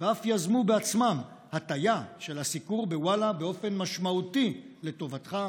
ואף יזמו בעצמם הטיה של הסיקור בוואלה באופן משמעותי לטובתך,